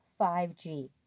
5G